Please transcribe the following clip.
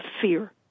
fear